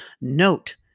Note